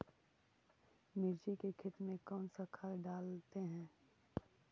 मिर्ची के खेत में कौन सा खाद डालते हैं?